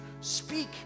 Speak